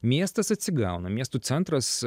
miestas atsigauna miesto centras